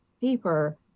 paper